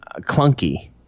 clunky